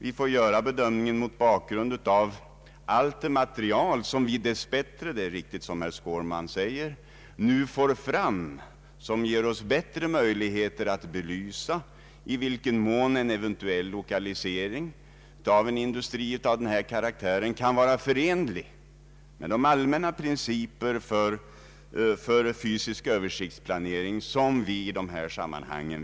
Vi får bedöma saken mot bakgrund av allt det material som vi dess bättre — det är riktigt som herr Skårman säger — nu får fram och som ger oss bättre möjligheter att bedöma i vilken mån en eventuell lokalisering av en industri av detta slag kan vara förenlig med de allmänna principer för fysisk översiktsplanering som vi vill följa.